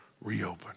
reopen